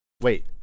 Wait